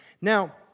Now